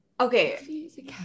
okay